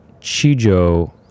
Chijo